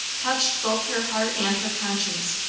touched both her heart and her conscience.